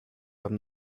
haben